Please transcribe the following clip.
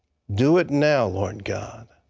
do it now, lord god,